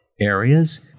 areas